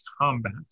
combat